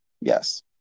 Yes